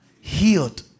healed